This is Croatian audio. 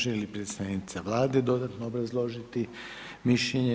Želi li predstavnica vlade dodatno obrazložiti mišljenje?